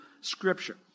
Scripture